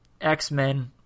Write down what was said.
X-Men